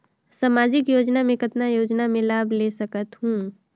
समाजिक योजना मे कतना योजना मे लाभ ले सकत हूं?